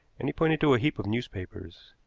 and he pointed to a heap of newspapers.